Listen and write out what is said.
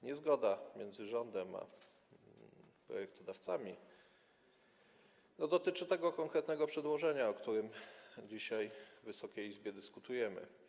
Niezgoda między rządem a projektodawcami dotyczy tego konkretnego przedłożenia, o którym dzisiaj w Wysokiej Izbie dyskutujemy.